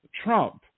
Trump